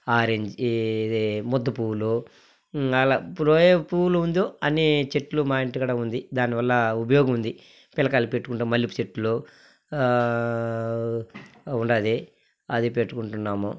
ఆరెంజీ ఇది ముద్దు పువ్వులూ అలా అనే చెట్లు మా ఇంటికాడ ఉంది దానివల్ల ఉబయోగముంది పిల్లకాయలు పెట్టుకుంటా మల్లెపువ్వు చెట్లు ఉంది అవి పెట్టుకుంటున్నాము